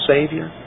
Savior